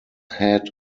head